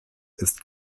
ist